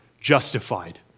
justified